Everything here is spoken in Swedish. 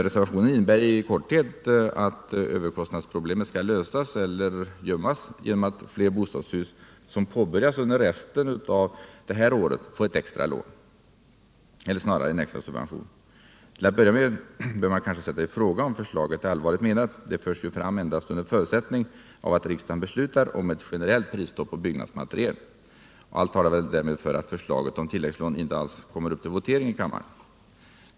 Reservationen innebär i korthet att överkostnadsproblemet skall lösas — eller gömmas — genom att fler bostadshus som påbörjas under resten av det här året får ett extra lån, eller snarare en extra subvention. Till att börja med bör man kanske sätta i fråga om förslaget är allvarligt menat. Det förs fram endast under förutsättning att riksdagen beslutar om eu generellt prisstopp på byggnadsmaterial. Allt talar därmed för att förslaget om tilläggslån inte alls kommer upp till votering i kammaren.